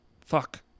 fuck